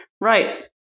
Right